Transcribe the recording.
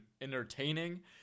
entertaining